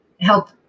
help